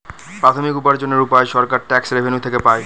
প্রাথমিক উপার্জনের উপায় সরকার ট্যাক্স রেভেনিউ থেকে পাই